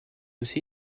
aussi